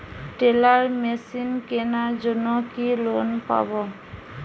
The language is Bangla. টেলার মেশিন কেনার জন্য কি লোন পাব?